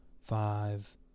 Five